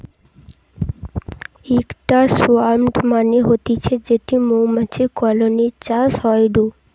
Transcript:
ইকটা সোয়ার্ম মানে হতিছে যেটি মৌমাছির কলোনি চাষ হয়ঢু